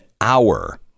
hour